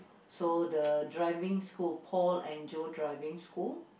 so the driving school Paul and Joe driving school